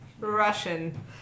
Russian